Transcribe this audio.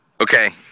Okay